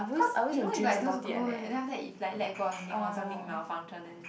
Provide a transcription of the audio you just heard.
cause you know it's like those go then after that it's like let go or something or something malfunction then